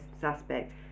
suspect